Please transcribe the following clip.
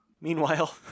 Meanwhile